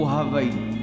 Hawaii